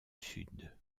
sud